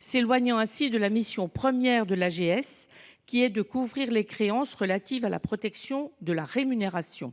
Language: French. s'éloignant ainsi de la mission première de l'AGS qui est de couvrir les créances relatives à la protection de la rémunération.